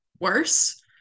worse